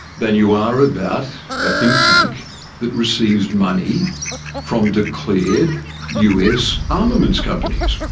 than you are about a think tank that receives money from declared us armaments companies.